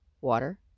water